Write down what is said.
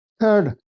third